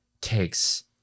takes